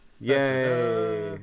yay